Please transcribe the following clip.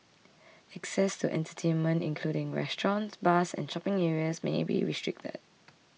access to entertainment including restaurants bars and shopping areas may be restricted